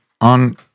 on